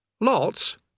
Lots